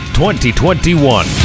2021